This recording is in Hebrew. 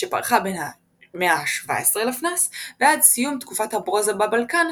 שפרחה בין המאה ה-17 לפנה"ס ועד סיום תקופת הברונזה בבלקן,